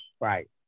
right